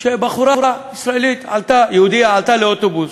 בחורה ישראלית יהודייה עלתה לאוטובוס,